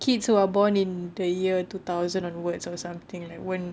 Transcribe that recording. kids who are born in the year two thousand onwards or something like won't